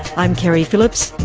i'm keri phillips,